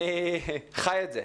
אני חי את זה.